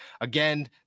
Again